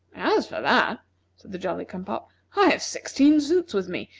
as for that, said the jolly-cum-pop, i have sixteen suits with me,